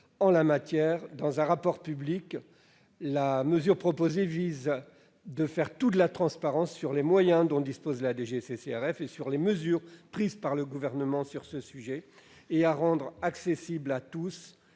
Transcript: en la matière dans un rapport public, la mesure proposée vise à faire toute la transparence sur les moyens dont dispose la DGCCRF, sur les mesures prises par le Gouvernement sur ce sujet et à rendre accessible à tous,